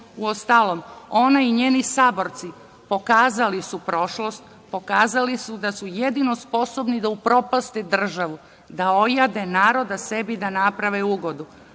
ubistvo. Uostalom, ona i njeni saborci pokazali su prošlost, pokazali su da su jedino sposobni da upropaste državu, da ojade narod, sebi da naprave ugodu,